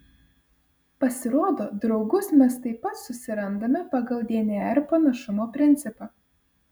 pasirodo draugus mes taip pat susirandame pagal dnr panašumo principą